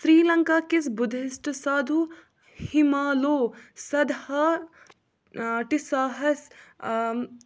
سِری لنکا کِس بُدھِسٹہٕ سادھو ہِمالو سدہا ٹِساہس